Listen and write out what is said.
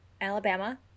Alabama